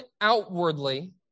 outwardly